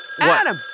Adam